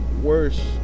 worse